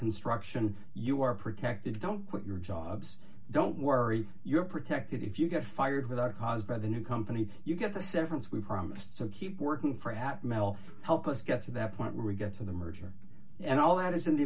construction you are protected don't quit your jobs don't worry you're protected if you get fired without caused by the new company you get the severance we promise to keep working for hat mel help us get to that point where we get to the merger and all that is in the